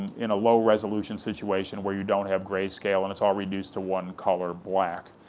in a low-resolution situation where you don't have gray scale, and it's all reduced to one color, black?